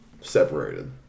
separated